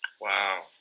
Wow